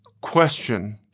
question